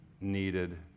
needed